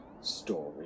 story